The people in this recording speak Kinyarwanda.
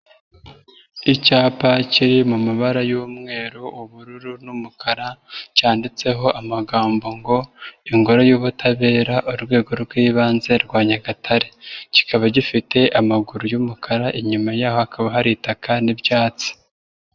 Icyapa kiri mu mabara y'umweru, ubururu n'umukara cyanditseho amagambo ngo Ingoro y'Ubutabera, Urwego rw'Ibanze rwa Nyagatare, kikaba gifite amaguru y'umukara, inyuma yaho hakaba hari itaka n'ibyatsi.